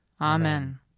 Amen